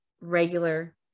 regular